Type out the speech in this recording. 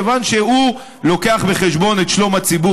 כיוון שהוא לוקח בחשבון את שלום הציבור